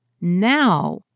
Now